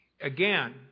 again